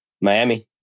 Miami